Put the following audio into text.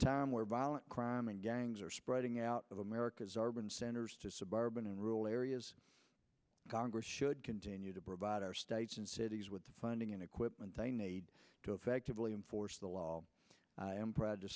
time where violent crime and gangs are spreading out of america's arbonne centers to suburban and rural areas congress should continue to provide our states and cities with the funding and equipment they need to effectively enforce the law i am proud to